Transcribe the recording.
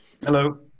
Hello